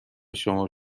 شما